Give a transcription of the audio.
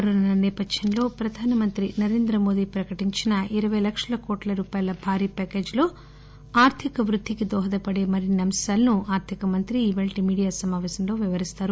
corona సేపథ్యం లో ప్రధానమంత్రి నరేంద్ర మోదీ ప్రకటించిన ఇరపై లక్షల కోట్ల రూపాయల భారీ ప్యాకేజ్ లో ఆర్గిక వృద్ధికి దోహద పడే మరిన్ని అంశాలను ఆర్గిక మంత్రి నేటి మీడియా సమాపేశం లో వివరిస్తారు